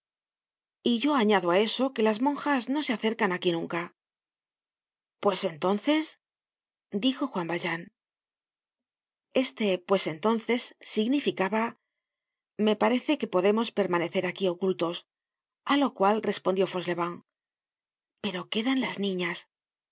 y yo añado á eso que las monjas no se acercan aquí nunca pues entonces dijo juan valjean este pues entonces significaba me parece que podemos permanecer aquí ocultos a lo cual respondió fauclielevent pero quedan las niñas